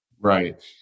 Right